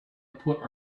put